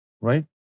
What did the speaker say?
Right